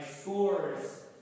scores